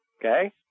Okay